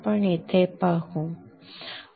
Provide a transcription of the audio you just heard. आपण येथे पाहू आपण पाहू